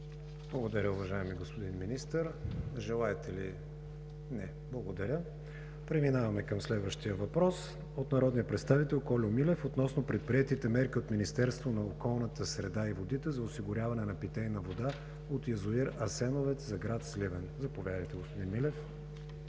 Благодаря, уважаеми господин Министър. Желаете ли думата? Не. Благодаря. Преминаваме към следващия въпрос от народния представител Кольо Милев относно предприетите мерки от Министерството на околната среда и водите за осигуряване на питейна вода от язовир „Асеновец“ за град Сливен. Заповядайте, господин Милев.